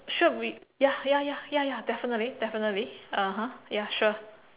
sure we ya ya ya ya ya definitely definitely (uh huh) ya sure